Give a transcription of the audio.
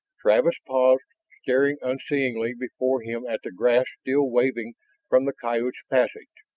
travis paused, staring unseeingly before him at the grass still waving from the coyote's passage.